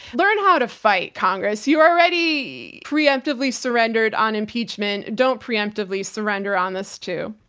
learn how to fight, congress. you already preemptively surrendered on impeachment. don't preemptively surrender on this too